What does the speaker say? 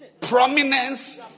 prominence